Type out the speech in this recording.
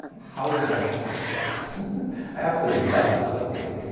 how irrational is that? i absolutely love this sort of thing.